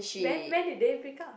then when did they break up